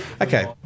Okay